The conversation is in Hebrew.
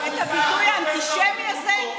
את הביטוי האנטישמי הזה?